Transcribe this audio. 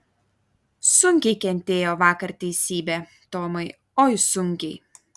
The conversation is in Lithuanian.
sunkiai kentėjo vakar teisybė tomai oi sunkiai